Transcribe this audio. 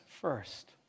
first